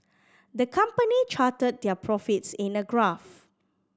the company charted their profits in a graph